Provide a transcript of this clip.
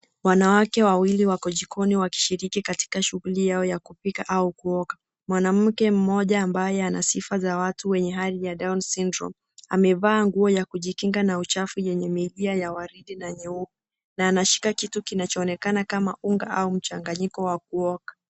Wanawake wawili wako jikoni wakishiriki katika shughuli yao ya kupika au kuoga, mwanamke moja ambaye anasifa za watu wenye hali ya down syndrome amevaa nguo ya kujinginga uchafu enye miipia enye warede na nyeupe na anashika kitu kinacho uonekana kama unga ama mchanganyiko wa